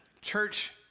church